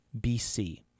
BC